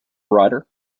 writer